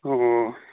ꯑꯣ